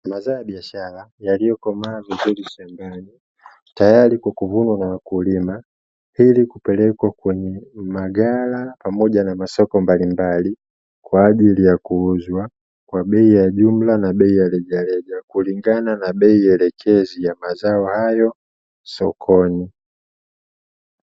Mazao ya biashara yaliyokomaa vizuri shambani tayari kwa kuvunwa na wakulima; ili kupelekwa kwenye maghala pamoja na masoko mbalimbali, kwa ajili ya kuuzwa kwa bei ya jumla na bei ya rejareja kulingana na bei elekezi ya mazao hayo sokoni.